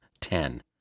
ten